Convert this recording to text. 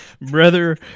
brother